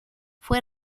fue